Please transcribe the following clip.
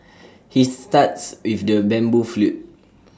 he starts with the bamboo flute